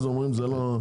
אז אומרים זה לא,